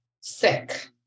sick